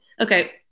okay